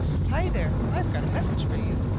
hi there! i've got a message for you!